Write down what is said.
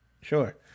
Sure